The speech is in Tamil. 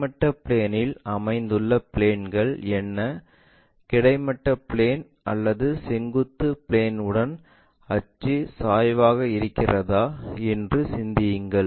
கிடைமட்ட பிளேன்இல் அமைந்துள்ள புள்ளிகள் என்ன கிடைமட்ட பிளேன் அல்லது செங்குத்து பிளேன்உடன் அச்சு சாய்வாக இருக்கிறதா என்று சிந்தியுங்கள்